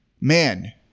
man